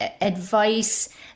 advice